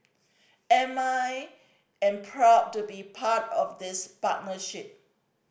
and I am proud to be part of this partnership